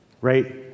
Right